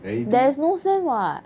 anything